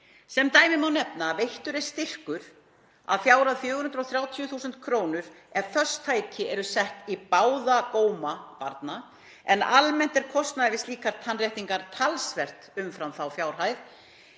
Sem dæmi má nefna að veittur er styrkur að fjárhæð 430.000 kr. ef föst tæki eru sett í báða góma, en almennt er kostnaður við slíkar tannréttingar talsvert umfram þá fjárhæð.